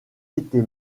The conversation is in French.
été